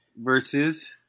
Versus